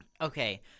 Okay